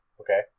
Okay